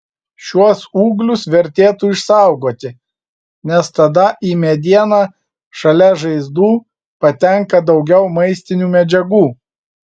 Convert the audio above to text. šiuos ūglius vertėtų išsaugoti nes tada į medieną šalia žaizdų patenka daugiau maistinių medžiagų